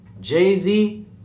Jay-Z